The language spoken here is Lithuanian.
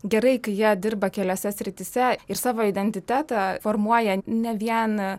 gerai kai jie dirba keliose srityse ir savo identitetą formuoja ne vien